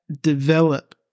develop